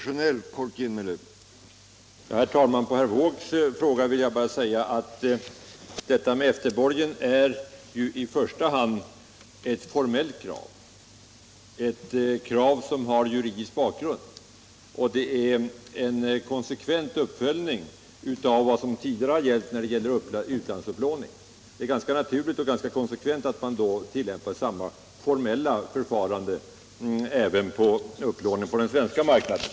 Nr 45 Herr talman! På herr Wåågs fråga om efterborgen vill jag svara att Tisdagen den detta i första hand är ett formellt krav, som har juridisk bakgrund. Det 14 december 1976 är en konsekvent uppföljning av vad som tidigare gällt vid utlandsupplåning. Det är ganska naturligt att tillämpa samma formella förfarande = Anslag till krafistavid upplåning på den svenska marknaden.